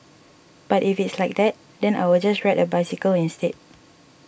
but if it's like that then I will just ride a bicycle instead